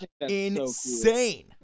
insane